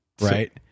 right